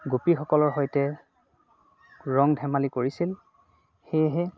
গোপীসকলৰ সৈতে ৰং ধেমালি কৰিছিল সেয়েহে